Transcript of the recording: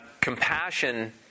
compassion